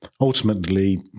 Ultimately